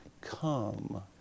come